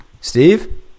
Steve